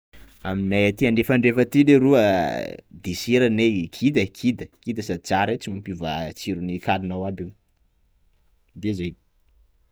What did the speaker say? Aminay aty andrefandrefa aty leroa aah, deseranay kida ai kida, sady tsara io tsy mampiova tsirony kalinao aby io, de zay.